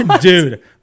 dude